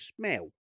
smell